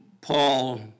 Paul